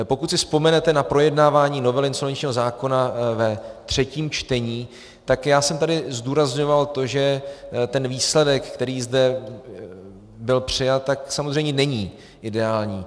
Pokud si vzpomenete na projednávání novely insolvenčního zákona ve třetím čtení, tak já jsem tady zdůrazňoval to, že výsledek, který zde byl přijat, samozřejmě není ideální.